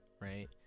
Right